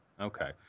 okay